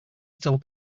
still